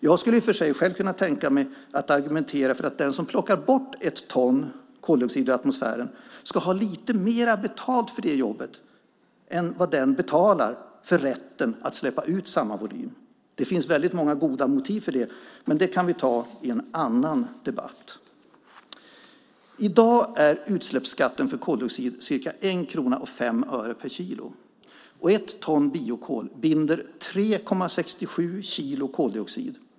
Jag skulle i och för sig själv kunna tänka mig att argumentera för att den som plockar bort ett ton koldioxid ur atmosfären ska ha lite mer betalt för det jobbet än vad man betalar för rätten att släppa ut samma volym. Det finns väldigt många goda motiv för det, men det kan vi ta i en annan debatt. I dag är utsläppsskatten för koldioxid ca 1 krona och 5 öre per kilo. Ett ton biokol binder 3,67 kilo koldioxid.